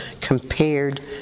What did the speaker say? compared